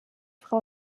frau